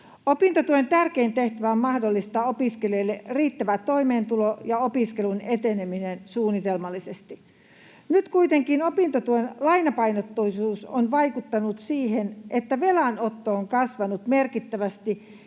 Opintotuen tärkein tehtävä on mahdollistaa opiskelijoille riittävä toimeentulo ja opiskelun eteneminen suunnitelmallisesti. Nyt kuitenkin opintotuen lainapainotteisuus on vaikuttanut siihen, että velanotto on kasvanut merkittävästi,